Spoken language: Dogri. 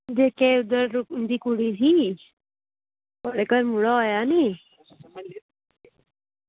ते इंदी कुड़ी ही ते जेह्का मुड़ा होआ नी